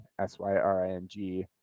s-y-r-i-n-g